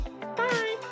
Bye